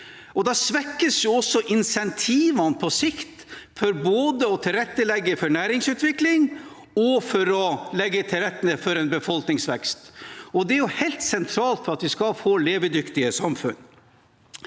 Da svekkes jo også insentivene på sikt både for å tilrettelegge for næringsutvikling og for å legge til rette for en befolkningsvekst, og det er helt sentralt for at vi skal få levedyktige samfunn.